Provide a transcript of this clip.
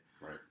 Right